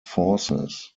forces